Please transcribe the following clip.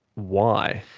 why?